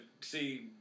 see